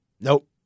Nope